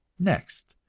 next,